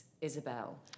Isabel